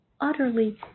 utterly